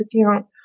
account